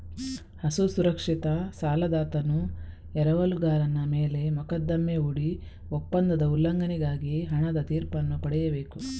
ಅಸುರಕ್ಷಿತ ಸಾಲದಾತನು ಎರವಲುಗಾರನ ಮೇಲೆ ಮೊಕದ್ದಮೆ ಹೂಡಿ ಒಪ್ಪಂದದ ಉಲ್ಲಂಘನೆಗಾಗಿ ಹಣದ ತೀರ್ಪನ್ನು ಪಡೆಯಬೇಕು